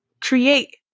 create